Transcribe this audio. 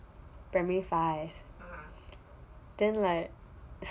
in primary five then like